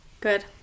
good